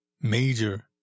major